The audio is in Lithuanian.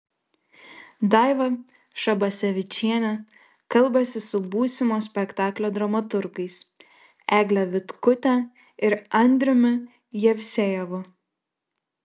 daiva šabasevičienė kalbasi su būsimo spektaklio dramaturgais egle vitkute ir andriumi jevsejevu